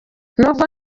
nubwo